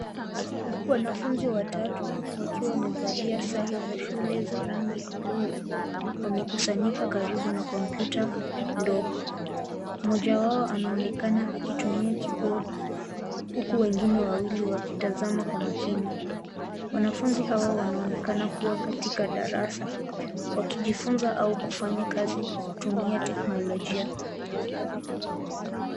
Wanafunzi watatu wakiwa wamevalia sare za shule ya rangi ya buluu wamekusanyika karibu na kompyuta ndogo. Mmoja wao anaonekana akitumia kibodi, huku wengine wawili wakitizama kwa makini. Wanafunzi hawa wanaonekana wakiwa katika darasa wakijifunza au kufanya kazi kwa kutumia teknologia.